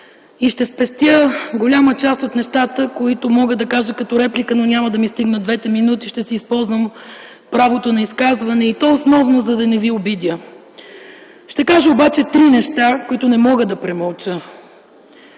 и ще спестя голяма част от нещата, които мога да кажа като реплика, но няма да ми стигнат двете минути. Ще използвам правото си на изказване, и то основно да не Ви обидя. Ще кажа обаче три неща, които не мога да премълча.